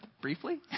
briefly